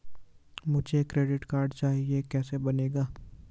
मुझे credit card चाहिए कैसे बनेगा?